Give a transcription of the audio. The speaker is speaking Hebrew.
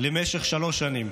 למשך שלוש שנים.